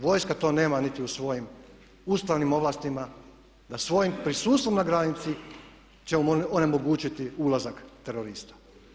Vojska to nema niti u svojim ustavnim ovlastima da svojim prisustvom na granici će onemogućiti ulazak terorista.